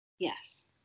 yes